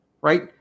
right